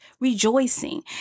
rejoicing